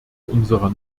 unserer